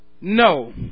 No